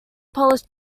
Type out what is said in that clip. polish